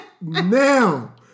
now